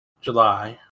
July